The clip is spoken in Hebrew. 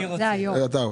זה אני רוצה.